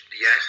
yes